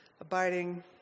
abiding